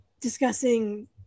discussing